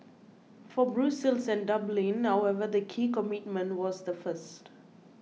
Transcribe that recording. for Brussels and Dublin however the key commitment was the first